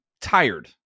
tired